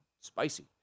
spicy